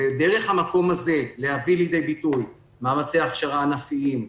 ודרך המקום הזה להביא לידי ביטוי מאמצי הכשרה ענפיים,